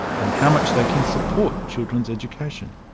and how much they can support children's education.